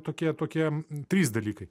tokie tokie trys dalykai